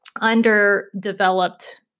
underdeveloped